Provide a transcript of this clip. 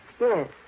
Yes